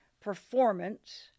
performance